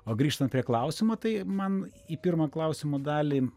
o grįžtant prie klausimo tai man į pirmą klausimo dalį